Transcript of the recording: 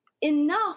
Enough